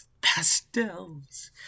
pastels